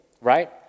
right